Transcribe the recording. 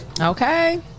Okay